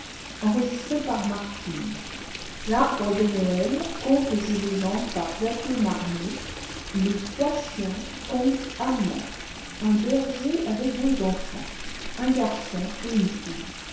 a les trois ciiiexs conte allemand un berger avait deux enfants un garçon et une fille